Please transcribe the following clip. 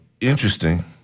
Interesting